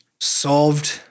solved